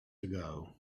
ago